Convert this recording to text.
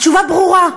התשובה ברורה: